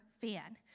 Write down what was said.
fan